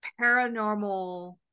paranormal